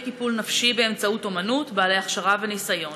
טיפול נפשי באמצעות אומנות בעלי הכשרה וניסיון,